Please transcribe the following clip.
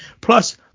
Plus